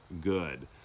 good